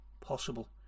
possible